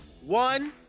one